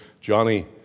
Johnny